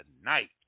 tonight